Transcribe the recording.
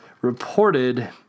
reported